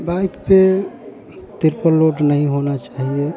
bike पर triple load नहीं होना चाहिए